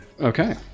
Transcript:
Okay